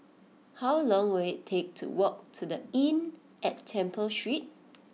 how long will it take to walk to The Inn at Temple Street